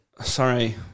sorry